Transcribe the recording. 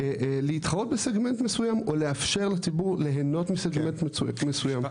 צוהר להתחרות בסגמנט מסוים או לאפשר לציבור להנות מסגמנט מסוים.